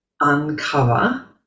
uncover